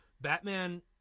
Batman